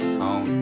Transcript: on